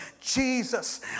Jesus